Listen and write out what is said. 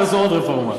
תעשו עוד רפורמה.